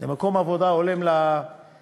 למקום עבודה הולם לעיוורים,